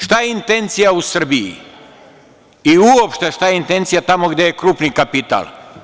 Šta je intencija u Srbiji i uopšte šta je intencija tamo gde je krupni kapital?